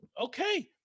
okay